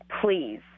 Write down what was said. please